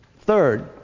Third